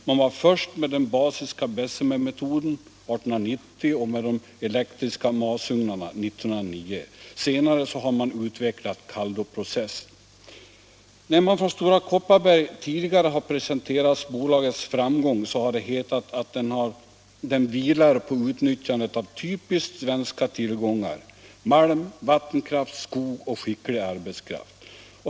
Man När man från Stora Kopparberg tidigare har presenterat bolagets fram gång har det hetat att den vilar på utnyttjandet av typiskt svenska till: I gångar: malm, vattenkraft, skog och skicklig arbetskraft.